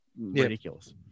ridiculous